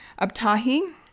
Abtahi